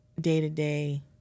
day-to-day